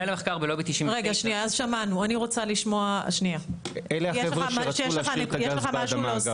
מנהל המחקר בלובי 99. אלה החבר'ה שרצו להשאיר את הגז באדמה,